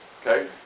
Okay